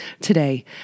today